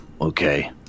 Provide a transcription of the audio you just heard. okay